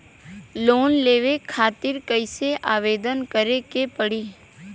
Loan लेवे खातिर कइसे आवेदन करें के पड़ी?